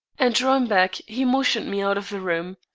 and drawing back, he motioned me out of the room.